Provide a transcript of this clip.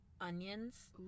onions